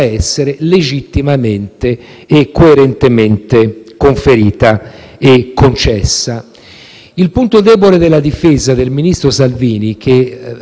Il punto debole della difesa del ministro Salvini, che in maniera precisa ha ripetuto più volte nel tempo, è il seguente: